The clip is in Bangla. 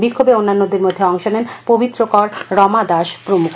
বিক্ষোভে অন্যান্যদের মধ্যে অংশ নেন পবিত্র কর রমা দাস প্রমুখ